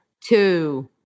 Two